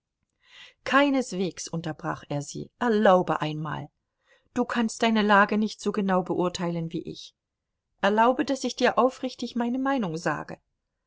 keineswegs unterbrach er sie erlaube einmal du kannst deine lage nicht so genau beurteilen wie ich erlaube daß ich dir aufrichtig meine meinung sage